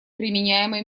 применяемой